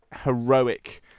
heroic